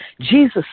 jesus